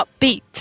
upbeat